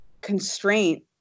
constraint